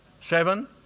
Seven